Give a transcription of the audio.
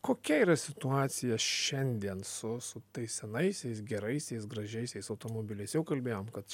kokia yra situacija šiandien su su tais senaisiais geraisiais gražiaisiais automobiliais jau kalbėjom kad